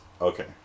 okay